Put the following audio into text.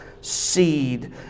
seed